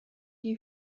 die